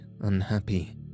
unhappy